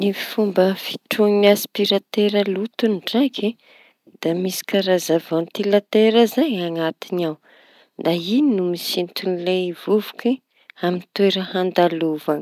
Fomba fitroa aspiratera loto ndraiky. Da misy karaza vantilatera zay añaty ao da iñy no misintoña lay vovoky amy toera andalovañy.